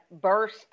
burst